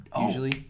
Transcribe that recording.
usually